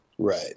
Right